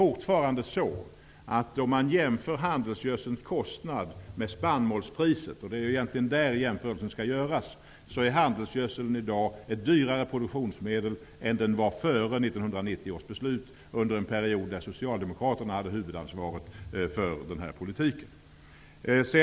Om man jämför handelsgödselns kostnad med spannmålspriset -- det är egentligen där jämförelsen skall göras -- finner man att handelsgödseln i dag är ett dyrare produktionsmedel än den var före 1990 års beslut, under en period då Socialdemokraterna hade huvudansvaret för den här politiken.